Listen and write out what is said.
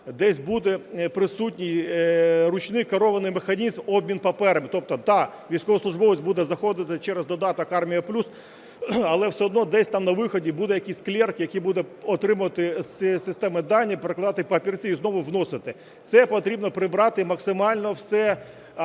десь буде присутній ручний керований механізм обміну паперами. Тобто, да, військовослужбовець буде заходити через додаток "Армія+", але все одно десь там на виході буде якийсь клерк, який буде отримувати з цієї системи дані, перекладати папірці і знову вносити. Це потрібно прибрати, максимально все